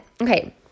okay